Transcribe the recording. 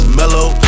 mellow